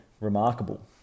remarkable